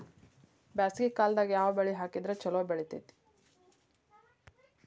ಬ್ಯಾಸಗಿ ಕಾಲದಾಗ ಯಾವ ಬೆಳಿ ಹಾಕಿದ್ರ ಛಲೋ ಬೆಳಿತೇತಿ?